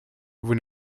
vous